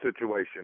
situation